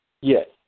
Yes